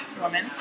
woman